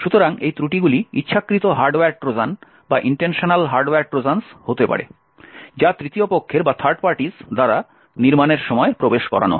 সুতরাং এই ত্রুটিগুলি ইচ্ছাকৃত হার্ডওয়্যার ট্রোজান হতে পারে যা তৃতীয় পক্ষের দ্বারা নির্মানের সময় প্রবেশ করানো হয়